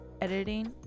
editing